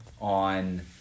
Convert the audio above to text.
on